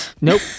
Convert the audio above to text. Nope